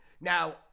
now